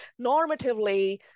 normatively